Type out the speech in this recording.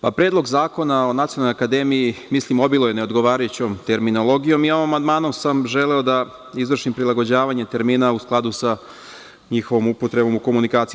Predlog zakona o Nacionalnoj akademiji obiluje neodgovarajućom terminologijom i amandmanom sam želeo da izvršim prilagođavanje termina u skladu sa njihovom upotrebom u komunikaciji.